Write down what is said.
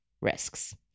risks